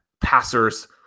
passers